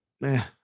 Man